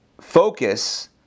focus